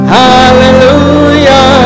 hallelujah